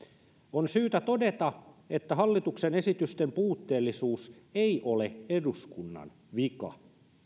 on syytä todeta että hallituksen esitysten puutteellisuus ei ole eduskunnan vika